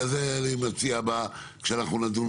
אבל זה אני מציע כשאנחנו נדון או בהסתייגויות או בדברים האלה.